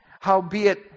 howbeit